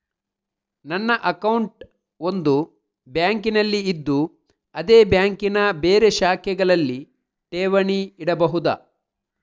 ನನ್ನ ಅಕೌಂಟ್ ಒಂದು ಬ್ಯಾಂಕಿನಲ್ಲಿ ಇದ್ದು ಅದೇ ಬ್ಯಾಂಕಿನ ಬೇರೆ ಶಾಖೆಗಳಲ್ಲಿ ಠೇವಣಿ ಇಡಬಹುದಾ?